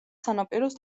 სანაპიროს